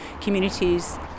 communities